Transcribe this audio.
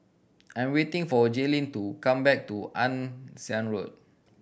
I'm waiting for Jaylen to come back from Ann Siang Road